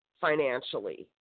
financially